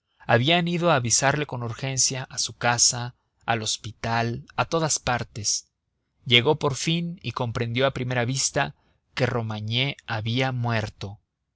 habían ido a avisarle con urgencia a su casa al hospital a todas partes llegó por fin y comprendió a primera vista que romagné había muerto